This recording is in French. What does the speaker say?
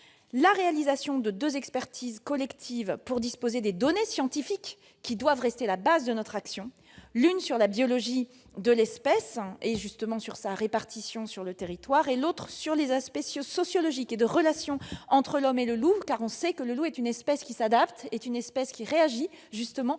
la réalisation de deux expertises collectives pour disposer des données scientifiques qui doivent rester la base de notre action : l'une sur la biologie de l'espèce et sur sa répartition sur le territoire ; l'autre sur les aspects sociologiques et les relations entre l'homme et le loup, car on sait que cet animal s'adapte et réagit aux mesures